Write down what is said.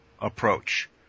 approach